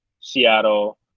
Seattle